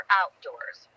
outdoors